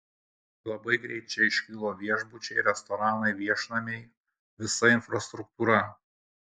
labai greit čia iškilo viešbučiai restoranai viešnamiai visa infrastruktūra